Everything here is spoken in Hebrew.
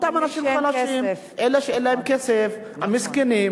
אותם אנשים חלשים, אלה שאין להם כסף, המסכנים.